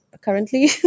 currently